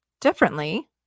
differently